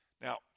Now